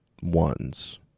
ones